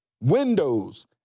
windows